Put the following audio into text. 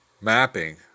mapping